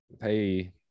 hey